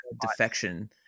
Defection